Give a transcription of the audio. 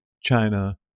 China